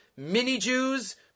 mini-Jews